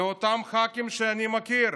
לאותם ח"כים שאני מכיר